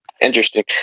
interesting